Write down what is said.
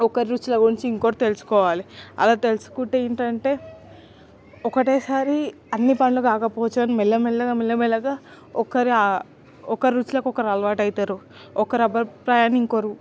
ఒకరి రుచుల గురించి ఇంకొకరు తెలుసుకోవాలి అలా తెలుసుకుంటే ఏంటంటే ఒకటే సారి అన్ని పనులు కాకపోవచ్చు కాని మెల్లమెల్లగా మెల్లమెల్లగా ఒకరి ఒకరు రుచులకు ఒకరు అలవాటయితరు ఒకరి అభిప్రాయాన్ని ఇంకోరు